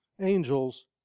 Angels